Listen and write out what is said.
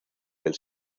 del